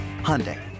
Hyundai